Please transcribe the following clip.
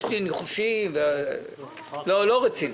יש לי ניחושים, אבל לא רציני.